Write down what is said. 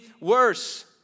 worse